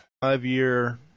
Five-year